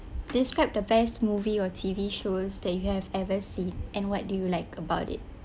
describe the best movie or T_V shows that you have ever seen and what do you like about it